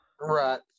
right